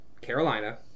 carolina